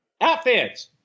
outfits